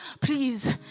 please